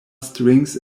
strings